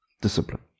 discipline